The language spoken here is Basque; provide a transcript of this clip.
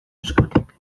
eskutik